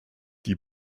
die